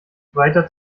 weiter